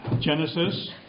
Genesis